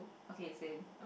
okay same